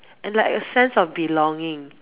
and like a sense of belonging